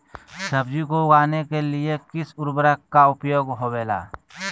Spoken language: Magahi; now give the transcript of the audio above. सब्जी को उगाने के लिए किस उर्वरक का उपयोग होबेला?